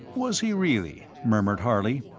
was he really? murmured harley.